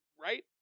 Right